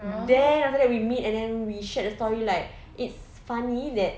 then after that we meet and then we shared the story like it's funny that